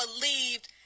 believed